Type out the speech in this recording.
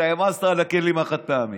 העמסת על הכלים החד-פעמיים.